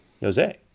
Jose